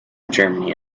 germany